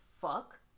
fuck